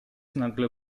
nagle